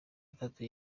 atatu